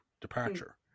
departure